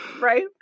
Right